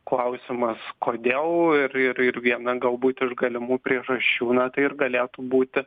klausimas kodėl ir ir ir viena galbūt iš galimų priežasčių na tai ir galėtų būti